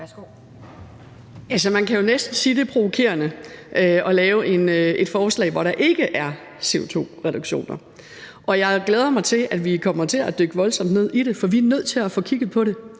(KF): Man kan jo næsten sige, at det er provokerende at lave et forslag, hvor der ikke er CO2-reduktioner, og jeg glæder mig til, at vi kommer til at dykke voldsomt ned i det, for vi er nødt til at få kigget på det,